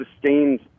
sustained